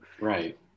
right